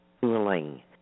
cooling